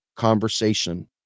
conversation